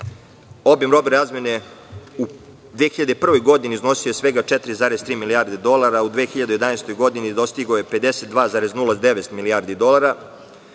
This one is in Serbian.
obim robne razmene u 2001. godini iznosio je svega 4,3 milijarde dolara, u 2011. godini dostigao je 52,09 milijardi dolara.